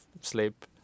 sleep